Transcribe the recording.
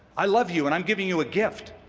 i love you and i'm giving you a gift,